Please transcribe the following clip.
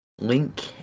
Link